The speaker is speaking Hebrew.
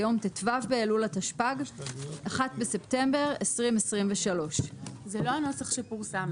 ביום ט"ו באלול התשפ"ג (1 בספטמבר 2023)." זה לא הנוסח שפורסם,